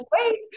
wait